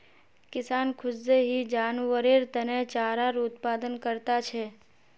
किसान खुद से ही जानवरेर तने चारार उत्पादन करता छे